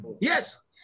Yes